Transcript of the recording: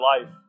life